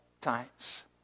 times